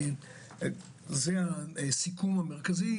זה הסיכום המרכזי.